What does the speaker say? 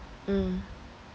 mm